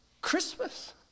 Christmas